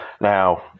Now